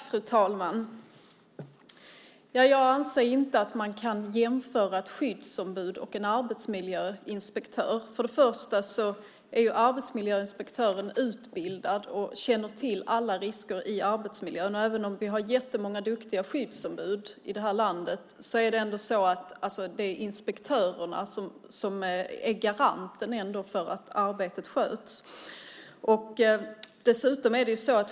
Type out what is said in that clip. Fru talman! Jag anser inte att man kan jämföra ett skyddsombud och en arbetsmiljöinspektör. Det är ju arbetsmiljöinspektören som är utbildad och känner till alla risker i arbetsmiljön. Även om vi har många duktiga skyddsombud i det här landet är det ändå inspektörerna som är garanten för att arbetet sköts.